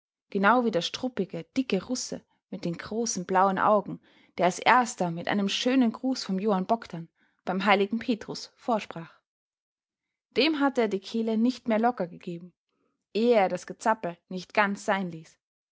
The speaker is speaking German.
genau wie der struppige dicke russe mit den großen blauen augen der als erster mit einem schönen gruß vom johann bogdn beim heiligen petrus vorsprach dem hatte er die kehle nicht mehr locker gegeben ehe er das gezappel nicht ganz sein ließ